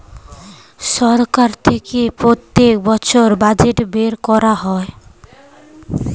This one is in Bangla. সরকার থেকে প্রত্যেক বছর বাজেট বের করা হয়